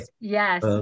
Yes